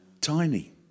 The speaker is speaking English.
tiny